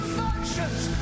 functions